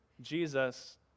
Jesus